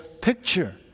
picture